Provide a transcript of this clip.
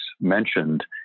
mentioned